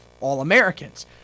All-Americans